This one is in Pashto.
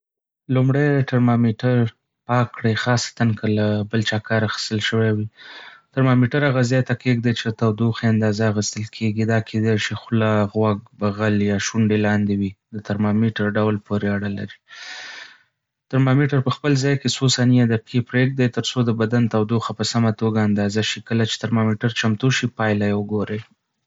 لومړی، ترمامیټر پاک کړئ، خاصتاً که له بل چا کار اخیستل شوی وي. ترمامیټر هغه ځای ته کېږدئ چې د تودوخې اندازه اخیستل کیږي – دا کیدای شي خوله، غوږ، بغل یا شونډې لاندې وي، د ترمامیټر ډول پورې اړه لري. ترمامیټر په خپل ځای کې څو ثانیې یا دقیقې پریږدئ، تر څو د بدن تودوخه په سمه توګه اندازه شي. کله چې ترمامیټر چمتو شو، پایله یې وګورئ